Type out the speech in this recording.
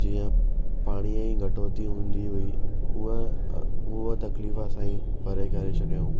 जीअं पाणीअ जी घटोती हूंदी हुई उहा उहा तकलीफ़ असांजी परे करे छॾियूं